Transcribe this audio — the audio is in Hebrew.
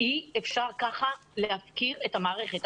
אפשר כך להפקיר את המערכת.